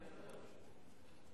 והפטורים ומס קנייה על טובין (תיקון מס' 20),